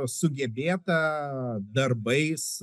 sugebėta darbais